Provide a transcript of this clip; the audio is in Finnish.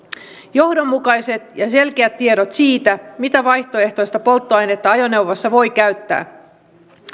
johdonmukaiset ja selkeät tiedot siitä mitä vaihtoehtoista polttoainetta ajoneuvoissa voi käyttää